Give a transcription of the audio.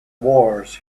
wars